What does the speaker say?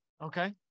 Okay